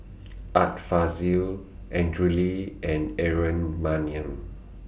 Art Fazil Andrew Lee and Aaron Maniam